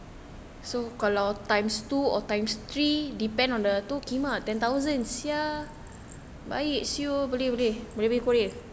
so kalau times two or time three depend on the kimak ten thousands sia riak [siol] boleh boleh boleh pergi korea